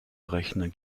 rechner